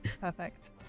perfect